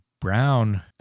brown